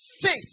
faith